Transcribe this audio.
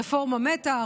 הרפורמה מתה.